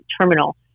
terminal